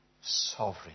sovereign